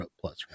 plus